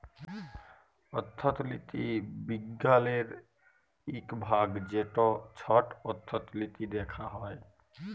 অথ্থলিতি বিজ্ঞালের ইক ভাগ যেট ছট অথ্থলিতি দ্যাখা হ্যয়